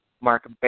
Mark